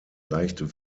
leicht